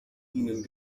ihnen